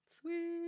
sweet